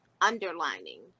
underlining